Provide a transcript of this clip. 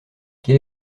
quel